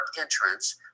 entrance